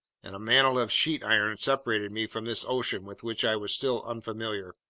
and a mantle of sheet iron separated me from this ocean with which i was still unfamiliar.